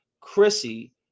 Chrissy